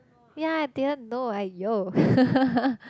ya I didn't know !aiyo!